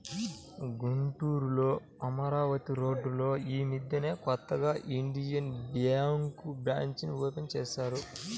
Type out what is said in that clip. గుంటూరులో అమరావతి రోడ్డులో యీ మద్దెనే కొత్తగా ఇండియన్ బ్యేంకు బ్రాంచీని ఓపెన్ చేశారు